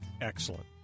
Excellent